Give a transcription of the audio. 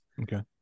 Okay